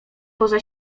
poza